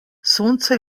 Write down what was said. sonce